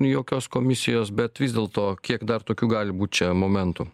jokios komisijos bet vis dėlto kiek dar tokių gali būt čia momentų